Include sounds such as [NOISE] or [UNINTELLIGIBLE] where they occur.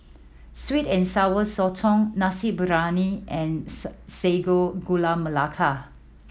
sweet and Sour Sotong nasi briyani and [UNINTELLIGIBLE] Sago Gula Melaka